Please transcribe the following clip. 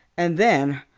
and then,